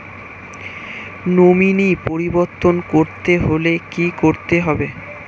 Nominee পরিবর্তন করতে হলে কী করতে হবে?